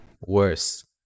worse